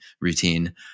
routine